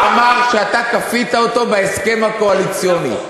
שר החינוך אמר שאתה כפית אותו בהסכם הקואליציוני.